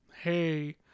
hey